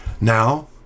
Now